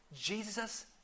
Jesus